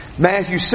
Matthew